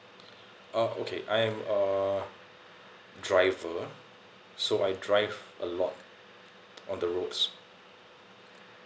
oh okay I'm a driver so I drive a lot on the roads